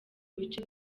bice